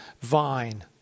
vine